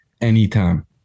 anytime